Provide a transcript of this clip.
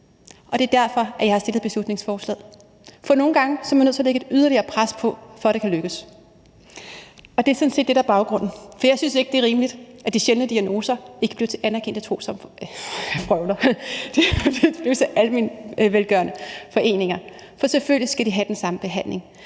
Og det er derfor, at jeg har fremsat beslutningsforslaget. Nogle gange er man nødt til at lægge et yderligere pres på systemet, for at det kan lykkes. Og det er sådan set det, der er baggrunden. For jeg synes ikke, det er rimeligt, at foreninger for de her sjældne diagnoser ikke bliver anerkendt som almenvelgørende foreninger. For selvfølgelig skal de patienter have den samme behandling.